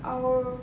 I'll